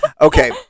Okay